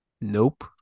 Nope